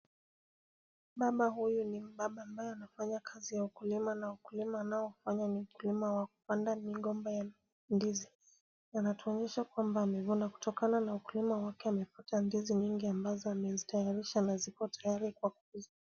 Mbaba huyu ni mbaba ambaye anafanya kazi ya ukulima na ukulima anaofanya ni ukulima wa kupanda migomba ya ndizi. Anatuonyesha kwamba amevuna kutokana na ukulima wake amepata ndizi nyingi ambazo amezitayarisha na ziko tayari kwa kuuzwa.